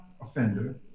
offender